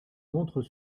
montrent